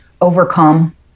overcome